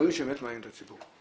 הדברים שבאמת מעניינים את הציבור.